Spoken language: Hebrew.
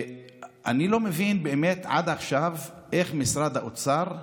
אני לא מבין איך עד עכשיו משרד האוצר,